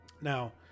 now